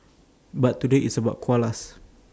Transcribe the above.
but today it's about koalas